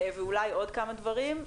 ואולי עוד כמה דברים,